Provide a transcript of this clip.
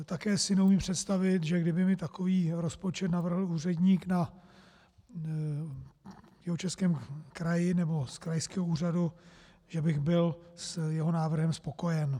Také si neumím představit, že kdyby mi takový rozpočet navrhl úředník na Jihočeském kraji nebo krajského úřadu, že bych byl s jeho návrhem spokojen.